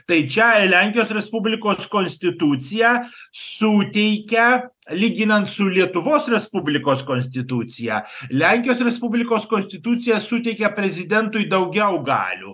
tai čia lenkijos respublikos konstitucija suteikia lyginant su lietuvos respublikos konstitucija lenkijos respublikos konstitucija suteikia prezidentui daugiau galių